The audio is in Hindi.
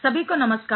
सभी को नमस्कार